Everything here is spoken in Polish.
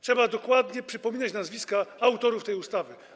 Trzeba dokładnie przypominać nazwiska autorów tej ustawy.